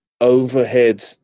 overhead